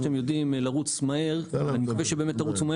כמו שאתם יודעים לרוץ מהר צריך,